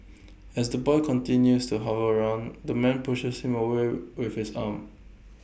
as the boy continues to hover around the man pushes him away with his arm